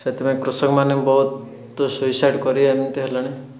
ସେଥିପାଇଁ କୃଷକମାନେ ବହୁତ ସୁଇସାଇଡ଼୍ କରି ଏମିତି ହେଲେଣି